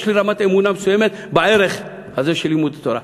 יש לי רמת אמונה מסוימת בערך הזה של לימוד תורה.